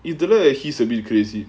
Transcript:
இதுல:ithula he's a bit crazy